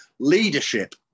Leadership